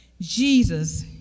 Jesus